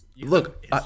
Look